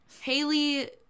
Haley